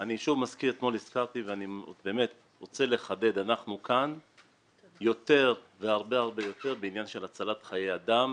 אני שוב מזכיר ומחדד שאנחנו כאן יותר בעניין של הצלת חיי אדם.